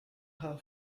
her